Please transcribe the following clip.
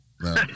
No